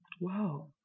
Wow